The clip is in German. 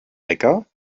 lecker